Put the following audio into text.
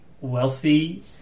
wealthy